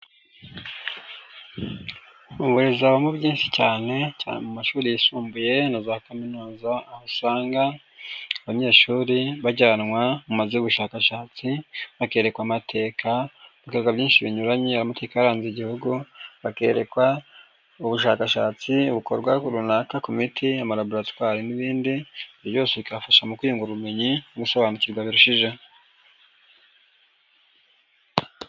Mu burezi habamo byinshi cyane, cyane mu mashuri yisumbuye na za kaminuza aho usanga abanyeshuri bajyanwa mu mazu y'ubushakashatsi bakerekwa amateka, ibikorwa byinshi binyuranye, amateka yaranze igihugu, bakerekwa ubushakashatsi bukorwa runaka ku miti amayalaboratwari n'ibindi byose bikabafasha mu kwiga ubumenyi no gusobanukirwa birushijeho.